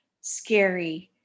scary